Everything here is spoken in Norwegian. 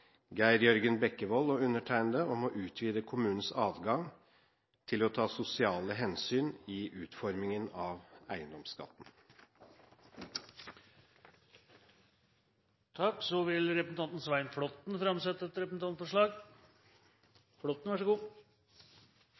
Geir Jørgen Bekkevold og undertegnede om å utvide kommunenes adgang til å ta sosiale hensyn i utformingen av eiendomsskatten. Representanten Svein Flåtten vil framsette et representantforslag.